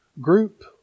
group